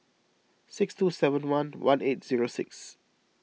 six two seven one one eight zero six